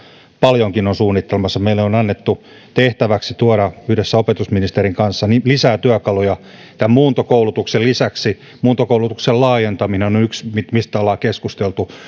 paljonkin on suunnittelemassa meille on annettu tehtäväksi tuoda yhdessä opetusministerin kanssa lisää työkaluja tämän muuntokoulutuksen lisäksi muuntokoulutuksen laajentaminen on on yksi mistä ollaan keskusteltu